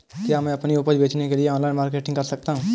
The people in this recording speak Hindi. क्या मैं अपनी उपज बेचने के लिए ऑनलाइन मार्केटिंग कर सकता हूँ?